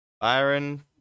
Byron